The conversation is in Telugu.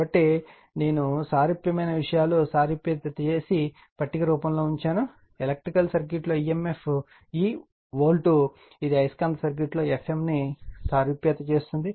కాబట్టి నేను సారూప్యమైన విషయాలను సారూప్యత చేసే పట్టిక రూపంలో ఉంచాను ఎలక్ట్రికల్ సర్క్యూట్లో emf E వోల్ట్ ఇది అయస్కాంత సర్క్యూట్లో Fm ను సారూప్యత చేస్తుంది